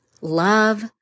love